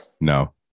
No